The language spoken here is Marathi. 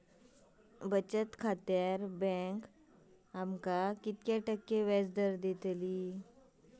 बचत खात्यार बँक आमका किती टक्के व्याजदर देतली?